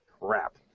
crap